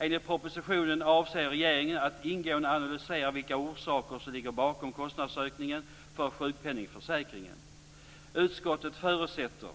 Enligt propositionen avser regeringen att ingående analysera vilka orsaker som ligger bakom kostnadsökningen för sjukpenningförsäkringen. Utskottet förutsätter